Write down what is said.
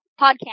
Podcast